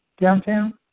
downtown